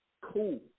cool